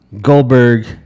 Goldberg